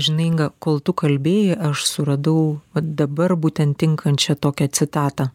žinai kol tu kalbėjai aš suradau vat dabar būtent tinkančią tokią citatą